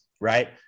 right